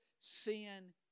sin